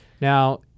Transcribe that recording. Now